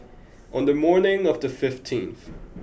on the morning of the fifteenth